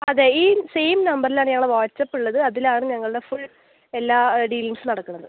അതെ ഈ സെയിം നമ്പറിലാണ് ഞങ്ങളുടെ വാട്ട്സപ്പ് ഉള്ളത് അതിലാണ് ഞങ്ങളുടെ ഫുൾ എല്ലാ ഡീലിംഗ്സും നടക്കുന്നത്